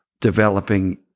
developing